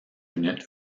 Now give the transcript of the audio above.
unit